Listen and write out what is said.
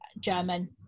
German